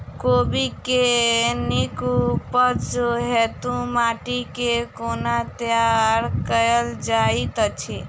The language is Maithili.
कोबी केँ नीक उपज हेतु माटि केँ कोना तैयार कएल जाइत अछि?